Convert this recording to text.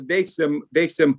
veiksim veiksim